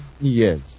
Yes